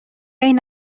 این